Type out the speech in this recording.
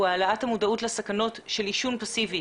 העלאת המודעות לסכנות של עישון פסיבי